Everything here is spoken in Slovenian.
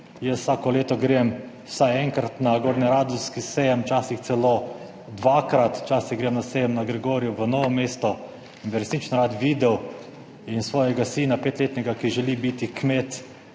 jaz vsako leto grem vsaj enkrat na gornje radgonski sejem, včasih celo dvakrat, včasih grem na sejem na Gregorju v Novo mesto in bi resnično rad videl in svojega sina, petletnega, ki želi biti kmet,